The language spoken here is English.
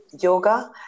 yoga